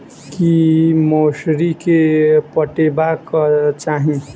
की मौसरी केँ पटेबाक चाहि?